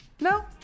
No